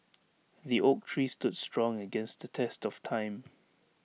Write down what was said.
the oak tree stood strong against the test of time